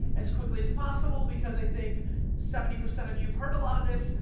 as quickly as possible, because i think seventy percent of you have heard a lot of this,